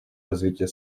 развитие